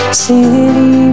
city